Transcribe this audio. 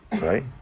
right